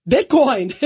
Bitcoin